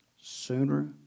Sooner